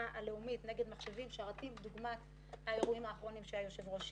הלאומית נגד מחשבים ושרתים דוגמת האירועים האחרונים שפירט היושב-ראש.